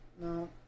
No